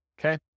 Okay